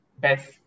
best